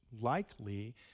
likely